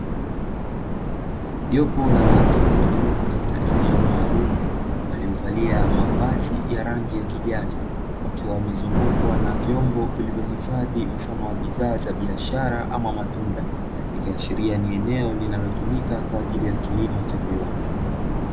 Jopo la watu waliopo katika eneo maalumu, waliovalia mavazi ya rangi ya kijani, wakiwa wamezungukwa na vyombo vilivyohifadhi mfano wa bidhaa za biashara ama matunda. Ikiashiria ni eneo linalotumika kwa ajili ya kilimo cha viwanda.